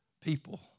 people